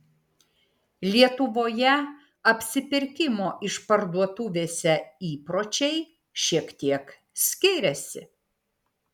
lietuvoje apsipirkimo išparduotuvėse įpročiai šiek tiek skiriasi